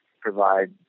provide